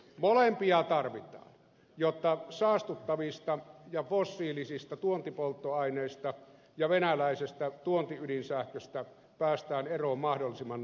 molempia tarvitaan jotta saastuttavista ja fossiilisista tuontipolttoaineista ja venäläisestä tuontiydinsähköstä päästään eroon mahdollisimman nopeasti